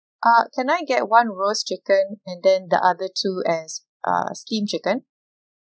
uh can I get one roast chicken and then the other two as (uh steam chicken